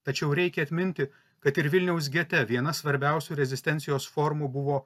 tačiau reikia atminti kad ir vilniaus gete viena svarbiausių rezistencijos formų buvo